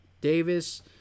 Davis